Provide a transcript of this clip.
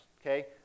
okay